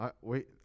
wait